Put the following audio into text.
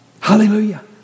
Hallelujah